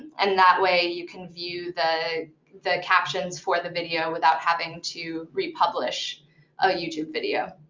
and that way you can view the the captions for the video without having to republish a youtube video.